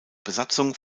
besatzung